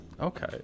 Okay